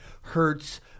hurts